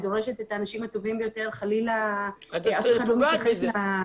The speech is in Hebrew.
היא דורשת את האנשים הטובים ביותר --- את פוגעת בזה,